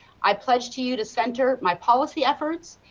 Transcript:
i pledge to you to center my policy efforts,